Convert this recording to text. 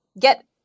get